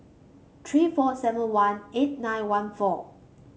three four seven one eight nine one four